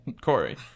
Corey